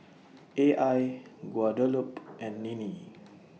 A I Guadalupe and Ninnie